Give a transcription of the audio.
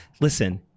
Listen